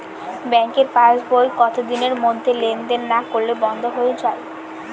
ব্যাঙ্কের passbook কত দিনের মধ্যে লেন দেন না করলে বন্ধ হয়ে য়ায়?